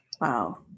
Wow